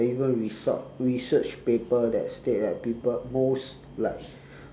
and even rese~ research paper that state that people most like